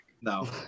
No